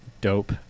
dope